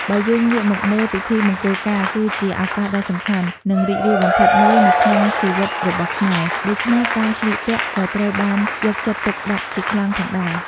បើយើងងាកមកមើល ពិធីមង្គលការគឺជាឱកាសដ៏សំខាន់ និងរីករាយបំផុតមួយនៅក្នុងជីវិតរបស់ខ្មែរ ដូច្នេះការស្លៀកពាក់ក៏ត្រូវបានយកចិត្តទុកដាក់ជាខ្លាំងផងដែរ។